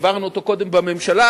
העברנו אותו קודם בממשלה,